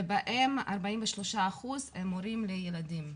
ובהם 43% הם הורים לילדים.